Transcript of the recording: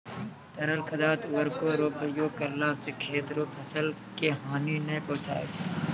तरल खाद उर्वरक रो प्रयोग करला से खेत रो फसल के हानी नै पहुँचय छै